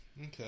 Okay